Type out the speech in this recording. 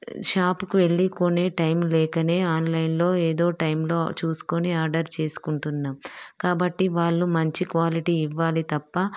షాప్కు వెళ్లి కొనే టైం లేకనే ఆన్లైన్లో ఏదో టైంలో ఆ చూసుకొని ఆర్డర్ చేసుకుంటున్నాం కాబట్టి వాళ్లు మంచి క్వాలిటీ ఇవ్వాలి తప్ప